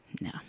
No